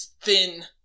thin